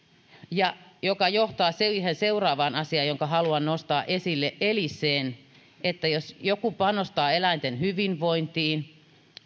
tämä johtaa siihen seuraavaan asiaan jonka haluan nostaa esille eli siihen että jos joku panostaa eläinten hyvinvointiin